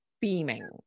beaming